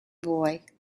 boy